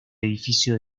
edificio